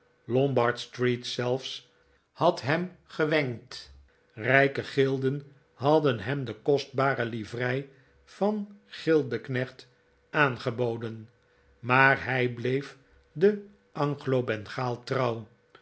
lombardstreet zelfs had hem gewenkt rijke gilden hadden hem de kostbare livrei van gildeknecht aangeboden maar hij bleef den